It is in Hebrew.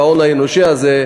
עם ההון האנושי הזה,